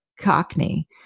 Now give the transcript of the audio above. Cockney